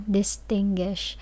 distinguish